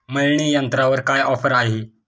मळणी यंत्रावर काय ऑफर आहे?